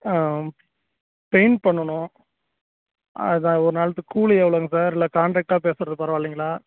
paint பண்ணணும் அதான் ஒரு நாளைக்கு கூலி எவ்வளோங்க சார் இல்லை காண்ட்ராக்டா பேசுகிறது பரவாயில்லைங்களா